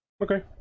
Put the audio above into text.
Okay